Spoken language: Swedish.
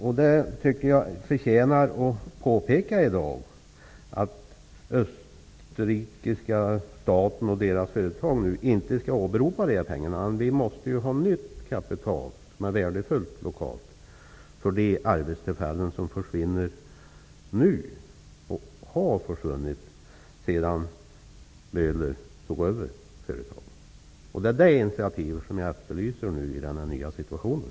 Jag menar att det i dag förtjänar påpekas att österrikiska staten och deras företag inte skall åberopa de här pengarna. Vi måste ha nytt kapital, som är värdefullt lokalt, för de arbetstillfällen som försvinner nu och som har försvunnit sedan Böhler tog över företaget. Det är ett sådant initiativ som jag efterlyser i den här nya situationen.